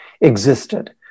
existed